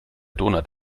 donut